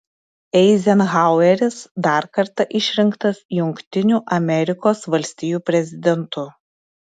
eizenhaueris dar kartą išrinktas jungtinių amerikos valstijų prezidentu